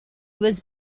was